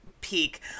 peak